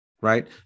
right